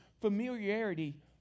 familiarity